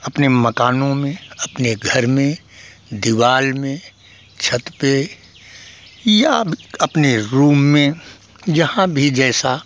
अपने मकानों में अपने घर में दिवार में छत पर या अब अपने रूम में जहाँ भी जैसा